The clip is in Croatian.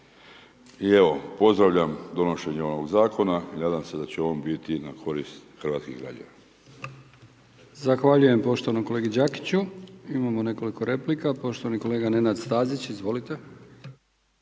I evo, pozdravljam donošenje ovoga Zakona i nadam se da će on biti na korist hrvatskih građana.